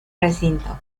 recinto